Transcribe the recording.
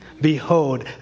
Behold